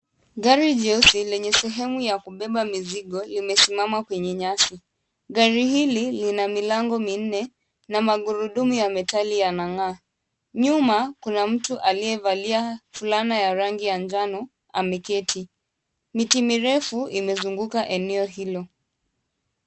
Gari jeusi lenye sehemu ya kubeba mizigo imesimama kwenye nyasi. Gari hili lina milango minne na magurudumu ya metali yanang'aa. Nyuma kuna mtu aliyevalia fulana ya rangi ya njano ameketi. Miti mirefu imezunguka eneo hilo.